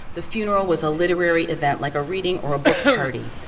the funeral was a literary event, like a reading or a book party.